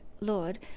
Lord